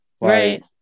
right